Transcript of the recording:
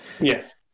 Yes